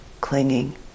clinging